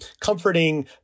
comforting